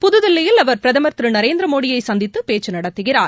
புதுதில்லியில் அவர் பிரதம் திரு நரேந்திரமோடியை சந்தித்து பேச்சு நடத்துகிறார்